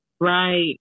Right